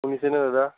শুনিছেনে দাদা